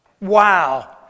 Wow